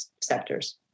sectors